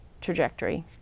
trajectory